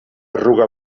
arruga